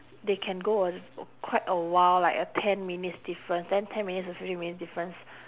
they can go a quite a while like a ten minutes difference then ten minutes or fifteen minute difference